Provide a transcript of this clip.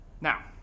Now